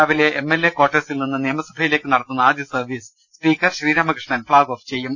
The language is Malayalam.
രാവിലെ എം എൽ എ കാർട്ടേഴ്സിൽ നിന്ന് നിയമസഭയിലേക്ക് നടത്തുന്ന ആദ്യസർവീസ് സ്പീക്കർ ശ്രീരാമകൃഷ്ണൻ ഫ്ളാഗ് ഓഫ് ചെയ്യും